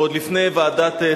ועוד לפני ועדת-טרכטנברג,